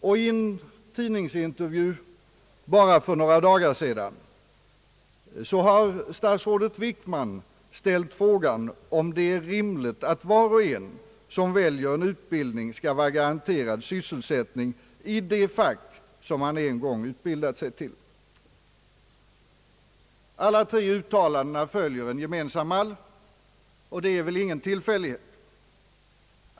I en tidningsintervju bara för några dagar sedan har statsrådet Wickman ställt frågan om det är rimligt att var och en som väljer en utbildning skall vara garanterad sysselsättning i det fack som han en gång utbildat sig till. Alla tre uttalandena följer en gemensam mall, och det är väl ingen tillfällighet.